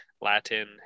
Latin